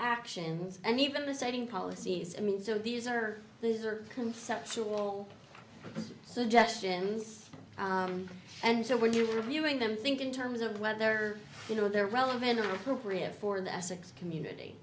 actions and even the setting policies i mean so these are these are conceptual suggestions and so when you're viewing them think in terms of whether you know they're relevant or appropriate for the essex community